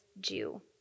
Jew